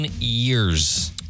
years